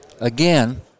again